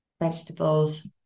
vegetables